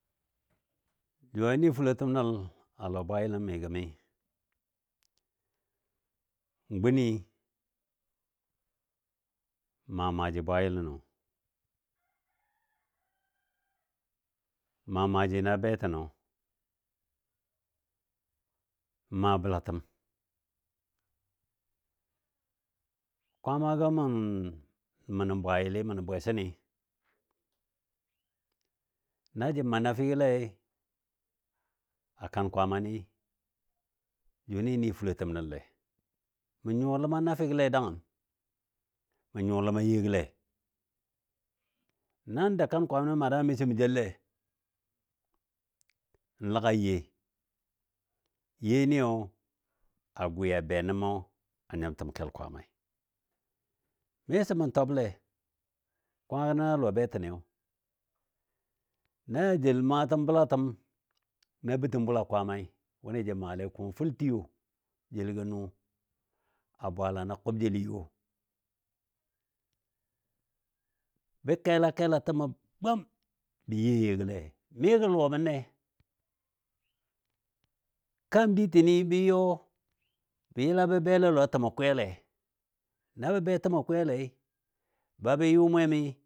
Ju a nɨɨ fulotəm nəl a lɔ bwayilən mi gəmi, mən guni n maa maaji bwayilənɔ n maa maaji na betənɔ, n maa bəlatəm kwamagɔ mə nən bwayili mə nən bwɛsənɨ na jə maa nafigɔle a kan kwaamani jʊni ni fulotəm nəlle. Mə nyuwa ləma nafigɔle dagən mə nyuwa ləma yegɔle, nan dou kan kwaami mana miso mə jelle, laga ye, yeniyo a gʊi a be nə mə a nyimtəm le Kwaamai. Miso mə twable kwaamagɔ nən a lɔbetəniyo na ja jel maatəm bəlatə na bətəm Bula Kwaamai wʊni jə maale kumo fʊltiyo jeligɔ nʊi a bwaala na kʊb jeli yo. Bə kela kela təmɔ gwm ba ye yegɔle mi gə lʊwabən le. Kaam ditini bə yɔ bə yəla bə bele lɔi təmo kwiyale. Na bə be təmɔ kwiyale ba bə yʊ mwemi